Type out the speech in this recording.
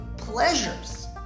pleasures